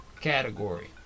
category